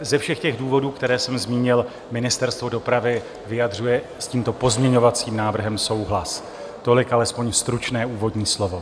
Ze všech těch důvodů, které jsem zmínil, Ministerstvo dopravy vyjadřuje s tímto pozměňovacím návrhem souhlas. Tolik alespoň stručné úvodní slovo.